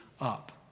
up